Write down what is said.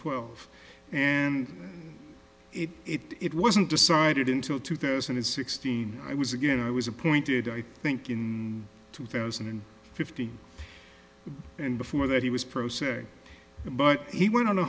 twelve and it wasn't decided until two thousand and sixteen i was again i was appointed i think in two thousand and fifty and before that he was pro se but he went on a